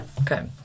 Okay